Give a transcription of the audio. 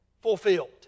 fulfilled